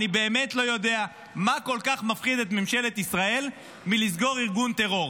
אני באמת לא יודע מה כל כך מפחיד את ממשלת ישראל בלסגור ארגון טרור.